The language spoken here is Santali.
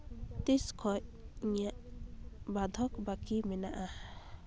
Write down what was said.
ᱛᱤᱥ ᱠᱷᱚᱡ ᱤᱧᱟᱹᱜ ᱵᱟᱫᱷᱚᱠ ᱵᱟᱹᱞᱤ ᱢᱮᱱᱟᱜᱼᱟ